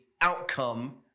outcome